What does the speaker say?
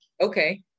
okay